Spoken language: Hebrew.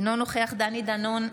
אינו נוכח דני דנון,